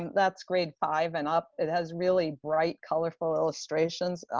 that's grade five and up. it has really bright colorful illustrations.